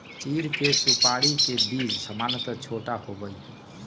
चीड़ के सुपाड़ी के बीज सामन्यतः छोटा होबा हई